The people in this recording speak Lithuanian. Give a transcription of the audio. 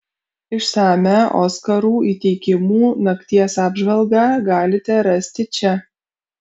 išsamią oskarų įteikimų nakties apžvalgą galite rasti čia